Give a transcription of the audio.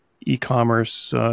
e-commerce